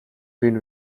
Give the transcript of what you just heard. queen